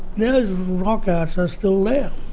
those rock arts are still there.